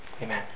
Amen